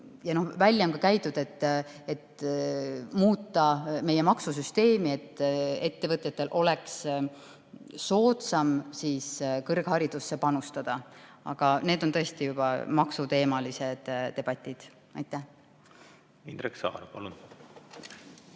Välja on käidud ka ettepanek muuta meie maksusüsteemi, et ettevõtetel oleks soodsam kõrgharidusse panustada. Aga need on tõesti juba maksuteemalised debatid. Aitäh! Me võime ju